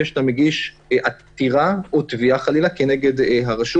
שאתה מגיש עתירה או תביעה חלילה כנגד הרשות.